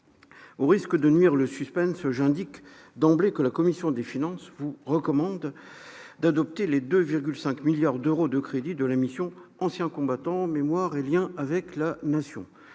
au risque de nuire au suspense, j'indique d'emblée que la commission des finances vous recommande d'adopter les 2,5 milliards d'euros de crédits de la mission « Anciens combattants, mémoire et liens avec la Nation ».